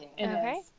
Okay